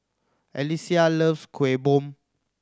Alesia loves Kueh Bom